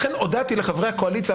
ולכן הודעתי לחברי הקואליציה,